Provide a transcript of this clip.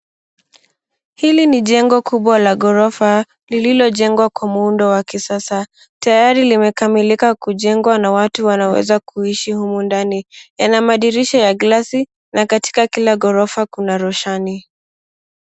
Hili ni jengo kubwa la ghorofa lililojengwa kwa muundo wa kisasa. Tayari limekamilika kujengwa na watu wanaweza kuishi humu ndani. Yana madirisha ya glasi na katika kila ghorofa kuna roshani.